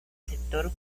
sector